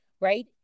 right